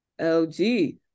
Lg